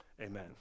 amen